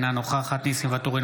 אינה נוכחת ניסים ואטורי,